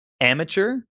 amateur